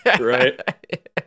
right